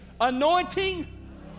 Anointing